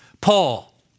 Paul